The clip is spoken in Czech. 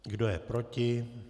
Kdo je proti?